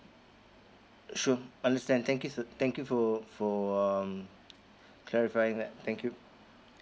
sure understand thank you s~ thank you for for um clarifying that thank you